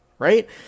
right